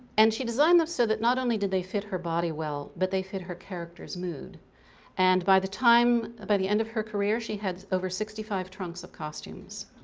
and she designed them so that not only did they fit her body well but they fit her character's mood and by the time, by the end of her career, she had over sixty five trunks of costumes.